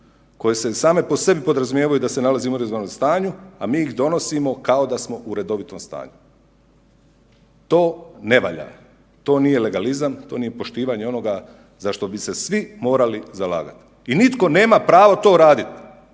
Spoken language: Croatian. koje same po sebi podrazumijevaju da se nalazimo u izvanrednom stanju, a mi ih donosimo kao da smo u redovitom stanju. To ne valja, to nije legalizam, to nije poštivanje onoga zašto bi se svi morali zalagati. I nitko nema pravo to raditi,